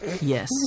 Yes